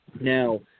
Now